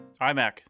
IMac